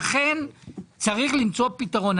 לכן צריך למצוא פתרון.